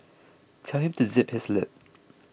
tell him to zip his lip